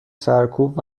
سرکوب